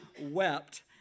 wept